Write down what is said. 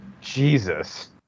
Jesus